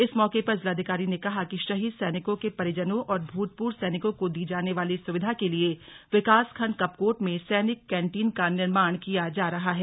इस मौके पर जिलाधिकारी ने कहा कि शहीद सैनिकों के परिजनों और भूतपूर्व सैनिकों को दी जाने वाली सुविधा के लिए विकास खण्ड कपकोट में सैनिक कैंटीन का निर्माण किया जा रहा है